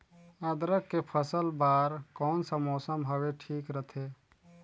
अदरक के फसल बार कोन सा मौसम हवे ठीक रथे?